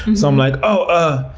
so i'm like, oh, ah,